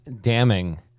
damning